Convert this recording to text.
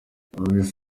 luis